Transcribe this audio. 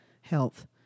health